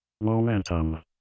Momentum